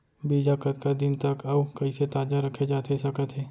बीज ह कतका दिन तक अऊ कइसे ताजा रखे जाथे सकत हे?